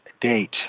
date